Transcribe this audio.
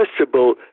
accessible